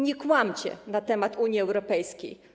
Nie kłamcie na temat Unii Europejskiej.